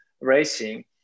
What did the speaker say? racing